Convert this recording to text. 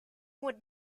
would